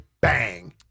bang